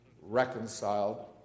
reconciled